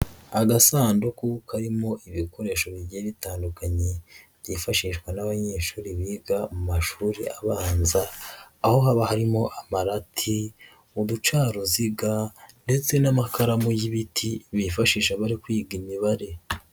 Agasanduku karimo ibikoresho bigiye bitandukanye byifashishwa n'abanyeshuri biga mu mashuri abanza, aho haba harimo amarati, uducaruziga ndetse n'amakaramu y'ibiti bifashisha bari kwiga imibare.